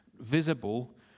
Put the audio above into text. visible